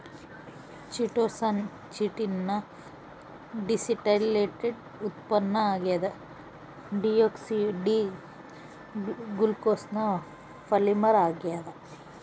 chitosan chitin ನ deacetylated ಉತ್ಪನ್ನ ಆಗ್ಯದ ಡಿಯೋಕ್ಸಿ ಡಿ ಗ್ಲೂಕೋಸ್ನ ಪಾಲಿಮರ್ ಆಗ್ಯಾದ